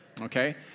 okay